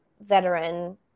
veteran